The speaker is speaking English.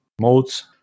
modes